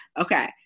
okay